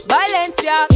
Valencia